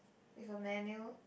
with a manual